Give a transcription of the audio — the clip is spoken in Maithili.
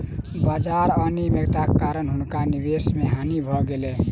बाजार अनियमित्ताक कारणेँ हुनका निवेश मे हानि भ गेलैन